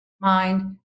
mind